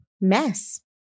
mess